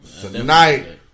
tonight